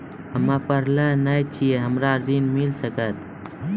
हम्मे पढ़ल न छी हमरा ऋण मिल सकत?